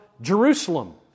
Jerusalem